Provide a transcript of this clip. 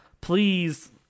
please